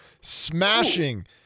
smashing